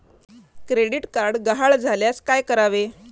Credit card गहाळ झाल्यास काय करावे?